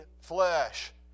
flesh